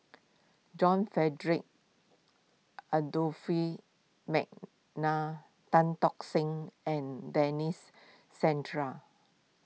John Frederick Adolphus McNair Tan Tock Seng and Denis Santry